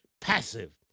passive